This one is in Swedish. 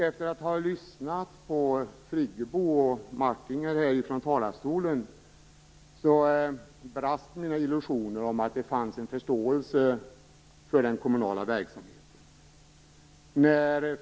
Efter att ha lyssnat på Friggebo och Martinger i talarstolen brast mina illusioner om att det fanns en förståelse för den kommunala verksamheten.